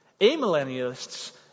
Amillennialists